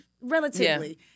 relatively